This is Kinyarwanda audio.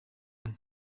umwe